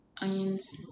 onions